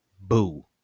boo